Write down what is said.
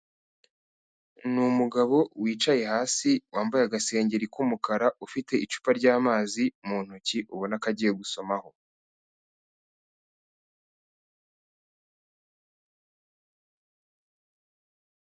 Ni umugabo wicaye hasi, wambaye agasengeri k'umukara, ufite icupa ry'amazi mu ntoki, ubona ko agiye gusomaho.